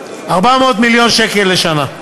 של 400 מיליון שקל לשנה.